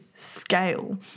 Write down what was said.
Scale